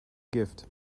gift